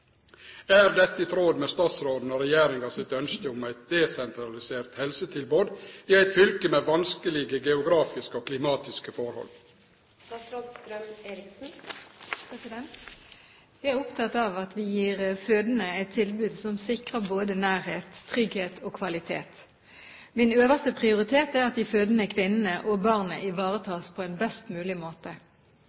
dette i tråd med statsråden og regjeringa sitt ønske om eit desentralisert helsetilbod i eit fylke med vanskelege geografiske og klimatiske forhold?» Jeg er opptatt av at vi gir fødende et tilbud som sikrer både nærhet, trygghet og kvalitet. Min øverste prioritet er at de fødende kvinnene og barnet ivaretas på en best mulig måte.